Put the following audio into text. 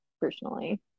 personally